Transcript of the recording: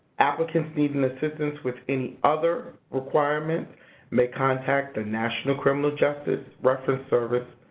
applicants needing assistance with any other requirement may contact the national criminal justice reference service,